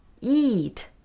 Eat